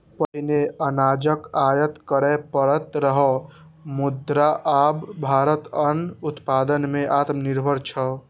पहिने अनाजक आयात करय पड़ैत रहै, मुदा आब भारत अन्न उत्पादन मे आत्मनिर्भर छै